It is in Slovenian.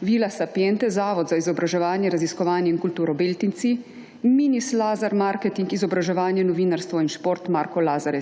Villa Sapientiae, zavod za izobraževanje, raziskovanje in kulturo Beltinci, Mins Lazar, marketing, izobraževanje, novinarstvo in šport Marko Lazar